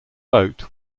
boat